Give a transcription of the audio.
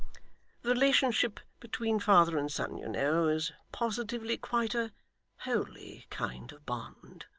relationship between father and son, you know, is positively quite a holy kind of bond